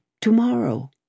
tomorrow